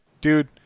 Dude